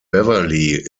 beverly